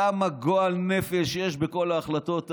כמה גועל נפש יש בכל ההחלטות האלה.